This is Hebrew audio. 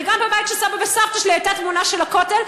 וגם בבית של סבא וסבתא שלי הייתה תמונה של הכותל,